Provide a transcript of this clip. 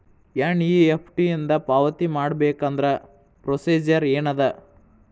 NEFT ಇಂದ ಪಾವತಿ ಮಾಡಬೇಕಂದ್ರ ಪ್ರೊಸೇಜರ್ ಏನದ